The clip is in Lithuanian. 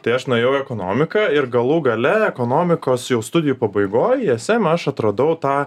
tai aš nuėjau į ekonomiką ir galų gale ekonomikos jau studijų pabaigoj jose nu aš atradau tą